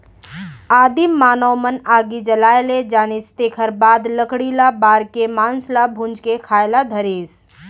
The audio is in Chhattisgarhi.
आदिम मानव मन आगी जलाए ले जानिस तेखर बाद लकड़ी ल बार के मांस ल भूंज के खाए ल धरिस